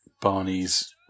Barney's